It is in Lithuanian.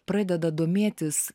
pradeda domėtis